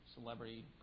celebrity